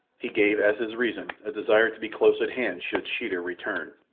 he gave as his reason a desire to be close at hand should sheeta return,